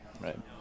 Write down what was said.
Right